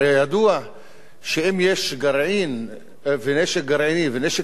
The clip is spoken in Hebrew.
הרי ידוע שאם יש גרעין ונשק גרעיני ונשק